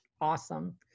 Awesome